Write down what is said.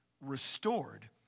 restored